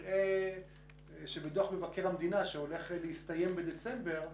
אנחנו מקווים שבאמת נראה שבדוח מבקר המדינה שעומד להסתיים בדצמבר,